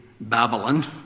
Babylon